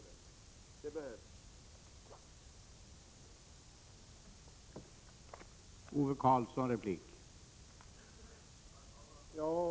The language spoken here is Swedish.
Det behövs.